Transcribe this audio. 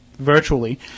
virtually